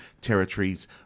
territories